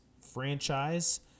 franchise